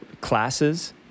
classes